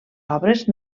obres